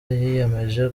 yiyemeje